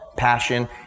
passion